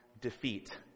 defeat